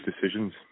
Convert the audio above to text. decisions